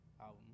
album